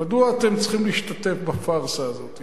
מדוע אתם צריכים להשתתף בפארסה הזאת?